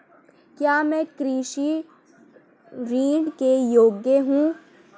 क्या मैं कृषि ऋण के योग्य हूँ?